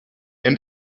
end